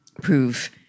prove